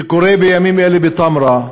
שקורה בימים אלה בתמרה.